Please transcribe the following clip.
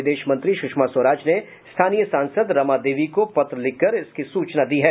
विदेश मंत्री सुषमा स्वराज ने स्थानीय सांसद रमा देवी को पत्र लिखकर इसकी सूचना दी है